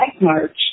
march